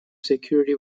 security